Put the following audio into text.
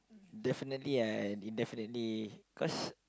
definitely I indefinitely cause